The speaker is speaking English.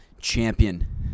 champion